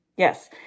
Yes